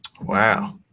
Wow